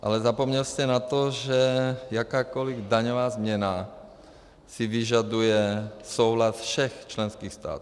Ale zapomněl jste na to, že jakákoliv daňová změna si vyžaduje souhlas všech členských států.